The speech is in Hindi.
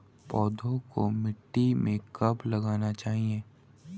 पौधे को मिट्टी में कब लगाना चाहिए?